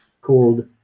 called